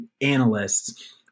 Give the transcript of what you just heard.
analysts